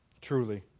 truly